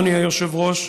אדוני היושב-ראש,